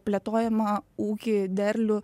plėtojamą ūkį derlių